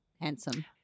handsome